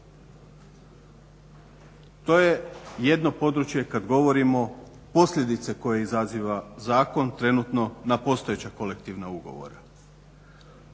To je jedno područje kad govorimo posljedice koje izaziva zakon trenutno na postojeće Kolektivne ugovore.